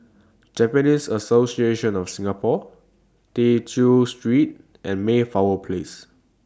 Japanese Association of Singapore Tew Chew Street and Mayflower Place